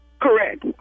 Correct